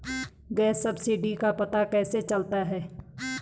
Gas subsidy का पता कैसे चलता है?